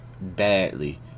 badly